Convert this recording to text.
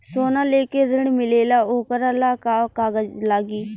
सोना लेके ऋण मिलेला वोकरा ला का कागज लागी?